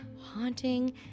haunting